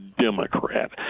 Democrat